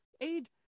Aid